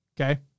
okay